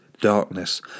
darkness